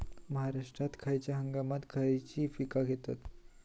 महाराष्ट्रात खयच्या हंगामांत खयची पीका घेतत?